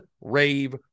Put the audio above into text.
rave